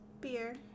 Beer